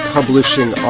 Publishing